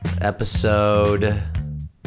episode